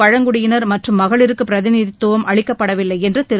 பழங்குடியினர் மற்றும் மகளிருக்கு பிரதிநிதித்துவம் அளிக்கப்படவில்லை என்று திரு